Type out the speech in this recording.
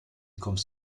kommst